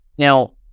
Now